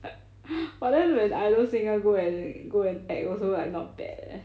but then when other singer go and go and act also like not bad eh